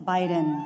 Biden